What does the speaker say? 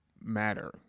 matter